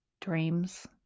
dreams